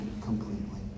completely